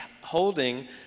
holding